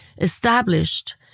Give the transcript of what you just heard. established